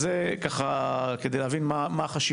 אז זה ככה כדי להבין מה החשיבות.